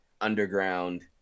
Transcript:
underground